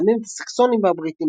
מסמלים את הסקסונים והבריטים,